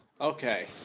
Okay